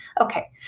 Okay